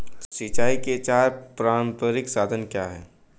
सिंचाई के चार पारंपरिक साधन क्या हैं?